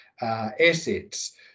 assets